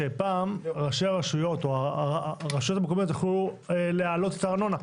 שפעם ראשי הרשויות או הרשויות המקומיות יכלו להעלות את הארנונה,